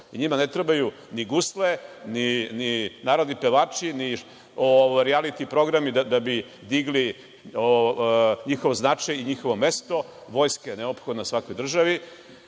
i njima ne trebaju ni gusle ni narodni pevači, ni rijaliti programi da bi digli njihov značaj i njihovo mesto. Vojska je neophodna svakoj državi.